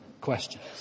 questions